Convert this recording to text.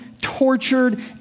tortured